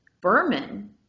Berman